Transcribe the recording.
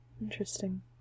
Interesting